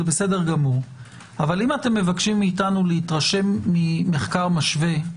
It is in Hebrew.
אבל אם אתם מבקשים מאתנו להתרשם ממחקר משווה,